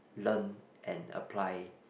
learn and apply